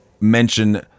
mention